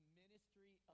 ministry